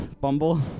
Bumble